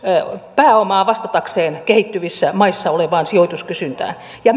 pääomaa vastatakseen kehittyvissä maissa olevaan sijoituskysyntään ja